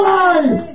life